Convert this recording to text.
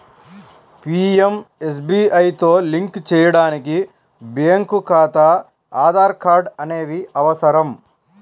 పీయంఎస్బీఐతో లింక్ చేయడానికి బ్యేంకు ఖాతా, ఆధార్ కార్డ్ అనేవి అవసరం